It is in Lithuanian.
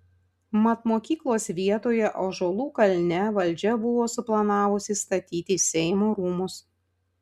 mat mokyklos vietoje ąžuolų kalne valdžia buvo suplanavusi statyti seimo rūmus